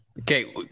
Okay